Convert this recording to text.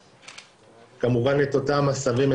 כמובן את אותם עשבים,